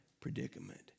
predicament